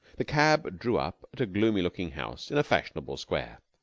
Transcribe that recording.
the cab drew up at a gloomy-looking house in a fashionable square.